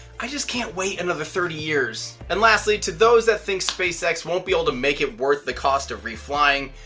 i just can't wait and another thirty years. and lastly to those that think spacex won't be able to make it worth the cost of reflying,